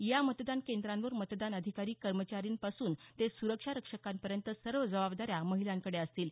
या मतदान केंद्रांवर मतदान अधिकारी कर्मचाऱ्यांपासून ते सुरक्षा रक्षकापर्यंत सर्व जबाबदाऱ्या महिलांकडे असेल